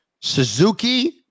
Suzuki